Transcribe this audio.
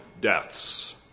deaths